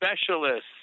specialists